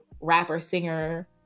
rapper-singer